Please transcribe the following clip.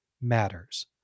matters